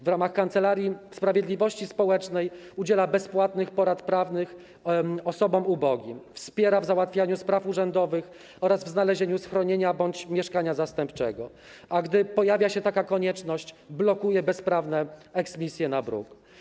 W ramach Kancelarii Sprawiedliwości Społecznej udziela bezpłatnych porad prawnych osobom ubogim, wspiera w załatwianiu spraw urzędowych oraz w znalezieniu schronienia bądź mieszkania zastępczego, a gdy pojawia się taka konieczność - blokuje bezprawne eksmisje na bruk.